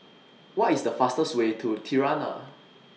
What IS The fastest Way to Tirana